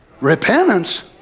Repentance